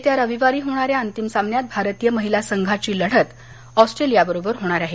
येत्या रविवारी होणाऱ्या अंतिम सामन्यात भारतीय महिला संघाची लढत ऑस्ट्रेलियाबरोबर होणार आहे